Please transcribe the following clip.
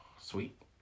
Sweet